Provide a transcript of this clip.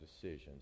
decisions